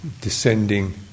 descending